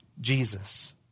Jesus